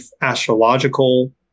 astrological